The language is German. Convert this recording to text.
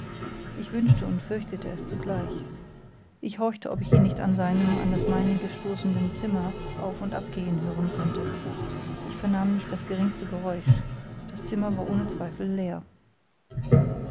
ich wünschte und fürchtete es zugleich ich horchte ob ich ihn nicht in seinem an das meinige stoßenden zimmer auf und abgehen hören könnte ich vernahm nicht das geringste geräusch das zimmer war ohne zweifel leer